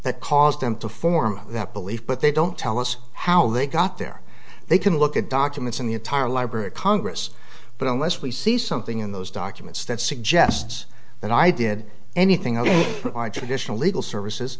that caused them to form that belief but they don't tell us how they got there they can look at documents in the entire library of congress but unless we see something in those documents that suggests that i did anything of our traditional legal services